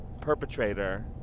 perpetrator